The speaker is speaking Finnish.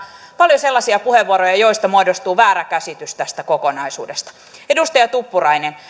paljon sellaisia puheenvuoroja joista muodostuu väärä käsitys tästä kokonaisuudesta edustaja tuppurainen